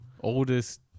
Oldest